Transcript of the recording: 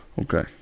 Okay